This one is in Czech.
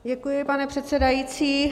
Děkuji, pane předsedající.